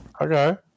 okay